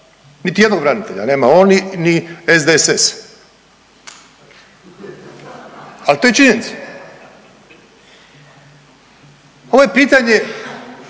Niti jednog branitelja nema oni ni SDSS, ali to je činjenica. Ovo je pitanje